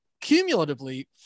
cumulatively